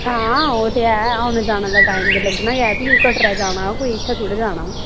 हां ओह् ते ऐ औने जाने दा टैम ते लग्गना गै ऐ फ्ही बी कटरा जाना कोई इत्थै थोह्ड़े जाना